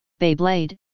Beyblade